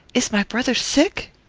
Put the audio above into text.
is my brother sick?